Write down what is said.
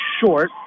short